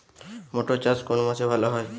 মটর চাষ কোন মাসে ভালো হয়?